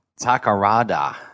Takarada